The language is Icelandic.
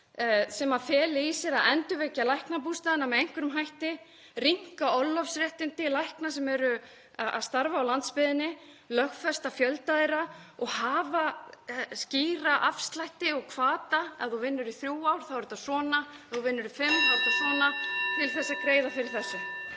sem feli í sér að endurvekja læknabústaðina með einhverjum hætti, rýmka orlofsréttindi lækna sem starfa á landsbyggðinni, lögfesta fjölda þeirra og hafa skýra afslætti og hvata, t.d. ef þú vinnur í þrjú ár þá er þetta svona og ef þú vinnur í fimm er þetta svona, til þess að greiða fyrir þessu.